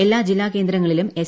എല്ലാ ജില്ലാ കേന്ദ്രങ്ങളിലും എസ്